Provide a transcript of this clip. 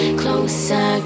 closer